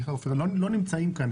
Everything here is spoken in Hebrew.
האלה לא נמצאים כאן.